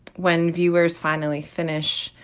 when viewers finally finish,